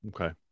Okay